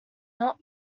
not